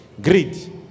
Greed